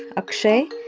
akshay,